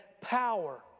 power